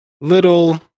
little